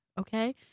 Okay